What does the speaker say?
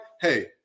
Hey